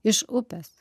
iš upės